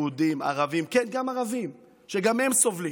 יהודים, ערבים, כן, גם ערבים, שגם הם סובלים.